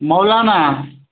Maulana